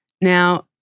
Now